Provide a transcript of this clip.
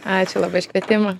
ačiū labai už kvietimą